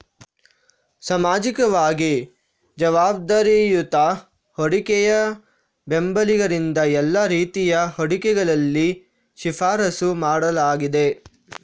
ಸಾಮಾಜಿಕವಾಗಿ ಜವಾಬ್ದಾರಿಯುತ ಹೂಡಿಕೆಯ ಬೆಂಬಲಿಗರಿಂದ ಎಲ್ಲಾ ರೀತಿಯ ಹೂಡಿಕೆಗಳಲ್ಲಿ ಶಿಫಾರಸು ಮಾಡಲಾಗಿದೆ